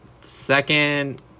second